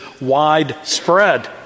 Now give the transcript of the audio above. widespread